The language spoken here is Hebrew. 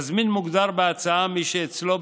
"מזמין" מוגדר בהצעה "מי שאצלו,